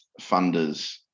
funders